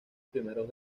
primeros